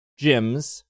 gyms